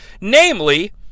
Namely